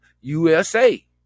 USA